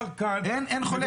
אין חולק,